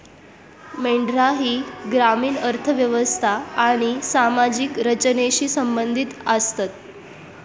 मेंढरा ही ग्रामीण अर्थ व्यवस्था आणि सामाजिक रचनेशी संबंधित आसतत